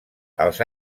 als